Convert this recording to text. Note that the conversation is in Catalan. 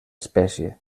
espècie